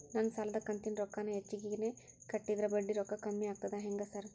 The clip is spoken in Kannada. ನಾನ್ ಸಾಲದ ಕಂತಿನ ರೊಕ್ಕಾನ ಹೆಚ್ಚಿಗೆನೇ ಕಟ್ಟಿದ್ರ ಬಡ್ಡಿ ರೊಕ್ಕಾ ಕಮ್ಮಿ ಆಗ್ತದಾ ಹೆಂಗ್ ಸಾರ್?